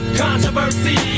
controversy